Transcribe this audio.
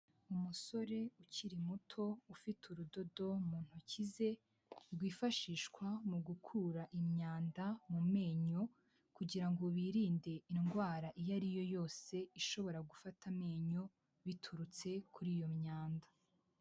Umusore ukiri muto ufite urudodo mu ntoki ze rwifashishwa mu gukura imyanda mu menyo, kugira ngo birinde indwara iyo ari yo yose, ishobora gufata amenyo biturutse kuri iyo myanda.